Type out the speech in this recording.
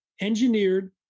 engineered